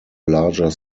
larger